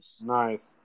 Nice